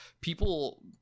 people